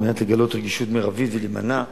על מנת לגלות רגישות מרבית ולהימנע מטעויות.